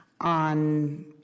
on